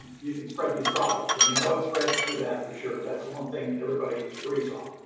you can spread these droplets and we know it's spreads through that for sure. that's the one thing everybody agrees on.